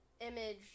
image